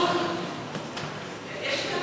רות, תאפשרי.